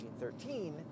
1913